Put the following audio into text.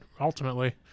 ultimately